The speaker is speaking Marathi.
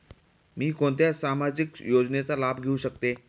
मी कोणत्या सामाजिक योजनेचा लाभ घेऊ शकते?